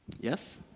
Yes